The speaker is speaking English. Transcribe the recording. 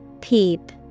Peep